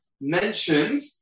mentioned